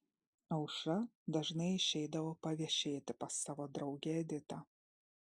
aušra dažnai išeidavo paviešėti pas savo draugę editą